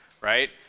right